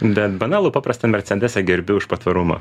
bet banalų paprastą mersedesą gerbiu už patvarumą